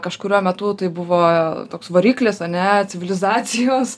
kažkuriuo metu tai buvo toks variklis ane civilizacijos